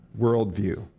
worldview